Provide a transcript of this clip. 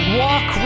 walk